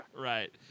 Right